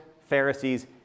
Pharisees